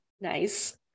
Nice